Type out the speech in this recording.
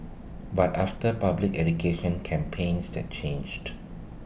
but after public education campaigns that changed